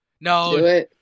No